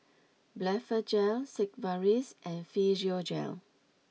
Blephagel Sigvaris and Physiogel